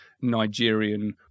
Nigerian